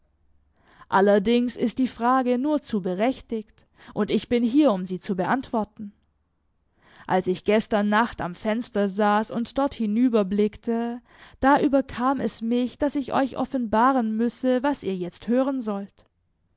allerdings ist die frage nur zu berechtigt und ich bin hier um sie zu beantworten als ich gestern nacht am fenster saß und dort hinüberblickte da überkam es mich daß ich euch offenbaren müsse was ihr jetzt hören sollt